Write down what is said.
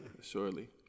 surely